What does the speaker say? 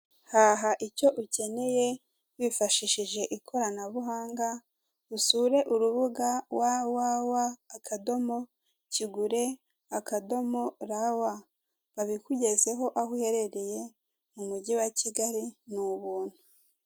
Haha icyo ukeneye wifashishije ikoranabuhanga usure urubuga wawawa, akadomo, kigure akadomo, rawa. Babikugezeho aho uherereye mu mugi wa Kigali ni ubuntu.